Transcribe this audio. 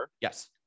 Yes